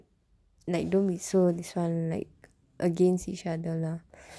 like don't be so this [one] like against each other lah